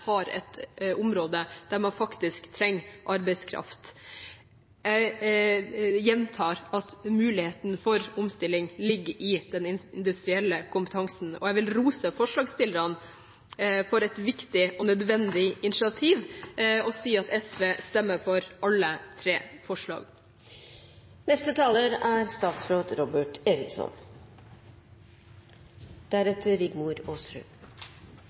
har et område der man faktisk trenger arbeidskraft. Jeg gjentar at muligheten for omstilling ligger i den industrielle kompetansen, og jeg vil rose forslagsstillerne for et viktig og nødvendig initiativ og si at SV stemmer for alle tre